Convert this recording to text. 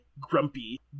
Grumpy